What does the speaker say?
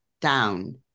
Down